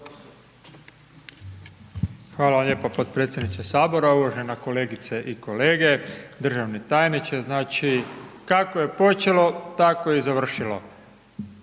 vam lijepa potpredsjedniče Sabora, uvažena kolegice i kolege, državni tajniče. Znači kako je počelo tako je i završilo,